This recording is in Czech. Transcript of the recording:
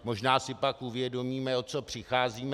Možná si pak uvědomíme, o co přicházíme.